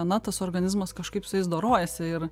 na tas organizmas kažkaip su jais dorojasi ir